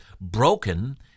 broken